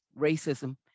racism